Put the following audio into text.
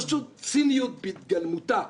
פשוט ציניות בהתגלמותה.